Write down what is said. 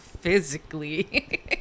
physically